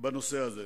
בנושא הזה.